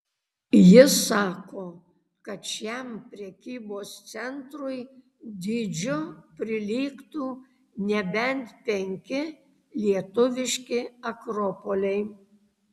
jis sako kad šiam prekybos centrui dydžiu prilygtų nebent penki lietuviški akropoliai